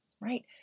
right